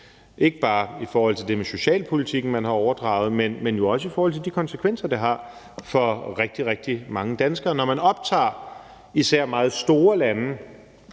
ikke bare i forhold til det med socialpolitikken, man har overdraget, men jo også i forhold til de konsekvenser, det har for rigtig, rigtig mange danskere, når man optager især meget store lande,